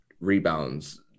rebounds